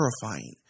terrifying